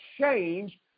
change